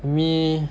me